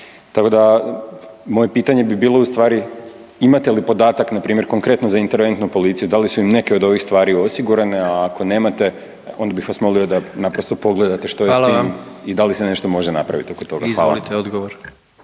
Tako da moje pitanje bi bilo ustvari imate li podatak, npr. konkretno za interventnu policiju, da li su im neke od ovih stvari osigurane, a ako nemate, onda bih vas molio da naprosto pogledate što se s tim i da li se nešto može napraviti oko toga. Hvala. **Jandroković,